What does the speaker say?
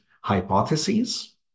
hypotheses